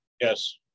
Yes